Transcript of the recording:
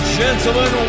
gentlemen